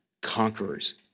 conquerors